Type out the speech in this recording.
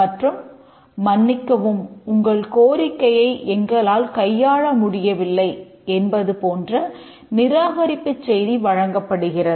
மற்றும் மன்னிக்கவும் உங்கள் கோரிக்கையை எங்களால் கையாள முடியவில்லை என்பது போன்ற நிராகரிப்புச் செய்தி வழங்கப்படுகிறது